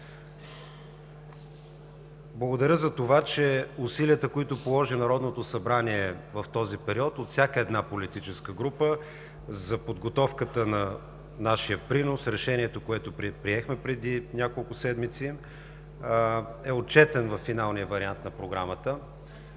Благодаря за това, че усилията, които положи Народното събрание в този период от всяка една политическа група за подготовката на нашия принос, решението, което приехме преди няколко седмици, са отчетени във финалния вариант на Програмата.